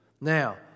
Now